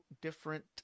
different